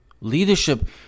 Leadership